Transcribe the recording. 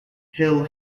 hill